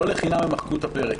לא לחינם הם מחקו את הפרק.